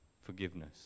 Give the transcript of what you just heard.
forgiveness